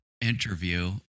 Interview